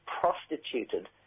prostituted